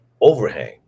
overhang